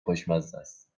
خوشمزست